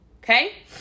okay